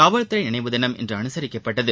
காவல்துறை நினைவுதினம் இன்று அனுசரிக்கப்பட்டது